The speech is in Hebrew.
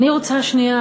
אני רוצה שנייה,